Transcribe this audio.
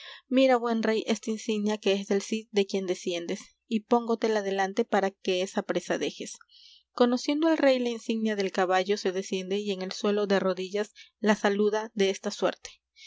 mira buen rey esta insignia que es del cid de quien desciendes y póngotela delante para que esa presa dejes conociendo el rey la insignia del caballo se desciende y en el suelo de rodillas la saluda desta suerte